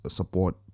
support